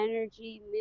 energy